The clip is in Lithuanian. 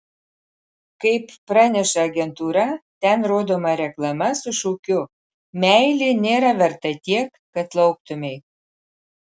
kaip praneša agentūra ten rodoma reklama su šūkiu meilė nėra verta tiek kad lauktumei